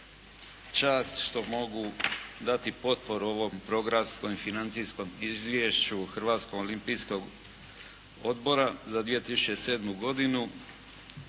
čast što mogu dati potporu ovom programskom financijskom izvješću Hrvatskog olimpijskog odbora za 2007. godinu.